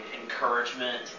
encouragement